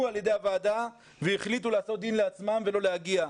על-ידי הוועדה והחליטו לעשות דין לעצמם ולא להגיע.